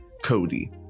cody